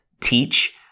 teach